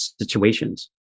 situations